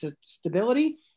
stability